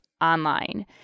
online